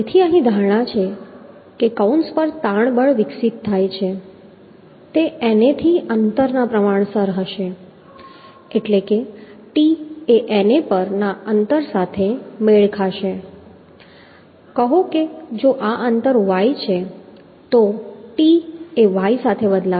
તેથી અહીં ધારણા એ છે કે કૌંસ પર તાણ બળ વિકસિત થાય છે તે NA થી અંતરના પ્રમાણસર હશે એટલે કે t એ NA પરના અંતર સાથે મેળ ખાશે કહો કે જો આ અંતર y છે તો t એ y સાથે બદલાશે